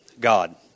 God